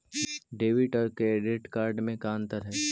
Debit और credit card में का अंतर हइ?